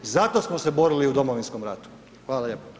Zato smo se borili u Domovinskom ratu.